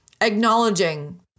Acknowledging